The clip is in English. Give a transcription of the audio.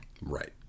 Right